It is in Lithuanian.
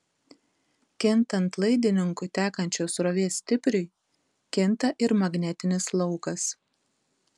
kintant laidininku tekančios srovės stipriui kinta ir magnetinis laukas